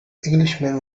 englishman